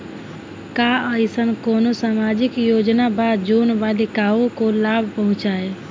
का अइसन कोनो सामाजिक योजना बा जोन बालिकाओं को लाभ पहुँचाए?